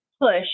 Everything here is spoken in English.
push